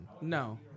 No